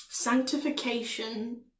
sanctification